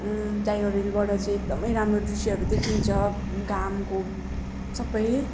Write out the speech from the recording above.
tiger हिलबाट चाहिँ एकदमै राम्रो दृश्यहरू देखिन्छ घामको सबै